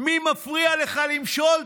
מי מפריע לך למשול?